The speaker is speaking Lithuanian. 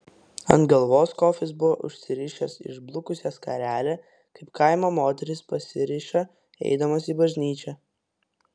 ant galvos kofis buvo užsirišęs išblukusią skarelę kaip kaimo moterys pasiriša eidamos į bažnyčią